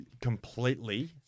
Completely